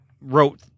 wrote